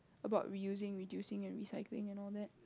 about reusing reducing and recycling and all that